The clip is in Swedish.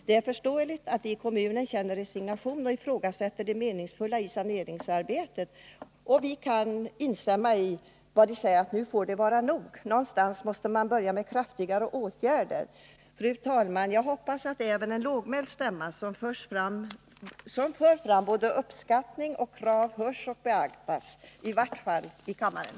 Det är förståeligt om människorna i kommunen känner resignation och ifrågasätter det meningsfulla i saneringsarbetet, och vi kan instämma med dem när de säger: Nu får det vara nog! Någonstans måste man börja med kraftigare åtgärder. Fru talman! Jag hoppas att även en lågmäld stämma, som för fram både uppskattning och krav, hörs och beaktas, i varje fall här i kammaren.